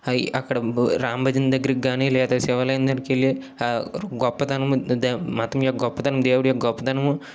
I అక్కడ రామ భజన దగ్గరకి కాని లేదా శివాలయం దగ్గరకు వెళ్ళి గొప్పతనం దె మతం యొక్క గొప్పతనం దేవుడు యొక్క గొప్పతనము